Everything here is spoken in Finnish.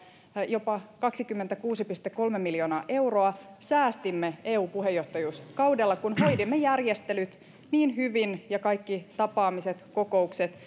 jopa kaksikymmentäkuusi pilkku kolme miljoonaa euroa säästimme eu puheenjohtajuuskaudella kun hoidimme järjestelyt niin hyvin ja kaikki tapaamiset kokoukset